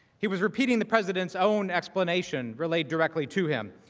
he was repeating the president's own explanation relate directly to him.